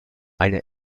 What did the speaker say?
eine